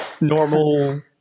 normal